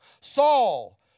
Saul